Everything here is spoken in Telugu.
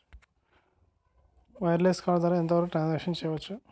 వైర్లెస్ కార్డ్ ద్వారా ఎంత వరకు ట్రాన్ సాంక్షన్ చేయవచ్చు?